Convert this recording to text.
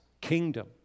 kingdom